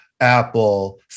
Apple